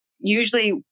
Usually